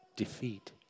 Defeat